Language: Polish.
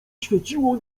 świeciło